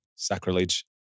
Sacrilege